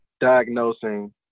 diagnosing